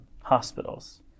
hospitals